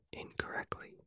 incorrectly